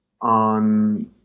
on